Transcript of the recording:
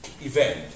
event